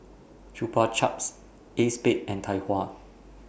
Chupa Chups ACEXSPADE and Tai Hua